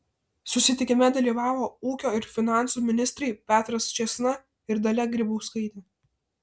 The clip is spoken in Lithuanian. susitikime dalyvavo ūkio ir finansų ministrai petras čėsna ir dalia grybauskaitė